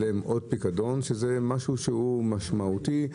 זה משהו שהוא משמעותי.